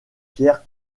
pierre